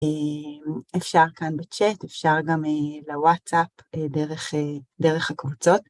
אפשר כאן בצ'אט, אפשר גם לוואטסאפ דרך, דרך הקבוצות.